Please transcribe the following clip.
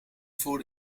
voor